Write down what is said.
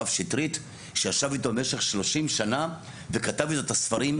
הרב שטרית שישב איתו במשך 30 שנה וכתב איתו את הספרים,